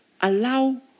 allow